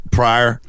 prior